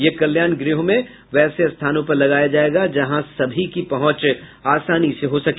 यह कल्याण गृहों में वैसे स्थानों पर लगाया जायेगा जहां सभी की पहुंच आसानी से हो सके